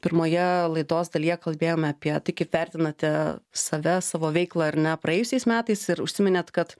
pirmoje laidos dalyje kalbėjome apie tai kaip vertinate save savo veiklą ar ne praėjusiais metais ir užsiminėt kad